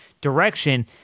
direction